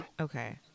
Okay